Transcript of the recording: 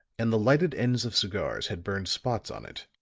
and the lighted ends of cigars had burned spots on it.